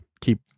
Keep